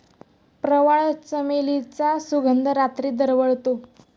प्रवाळ, चमेलीचा सुगंध रात्री दरवळतो